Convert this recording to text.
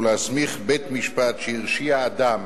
ולהסמיך בית-משפט שהרשיע אדם